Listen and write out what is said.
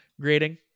grading